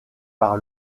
par